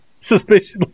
suspicious